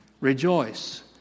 Rejoice